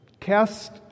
cast